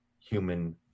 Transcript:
human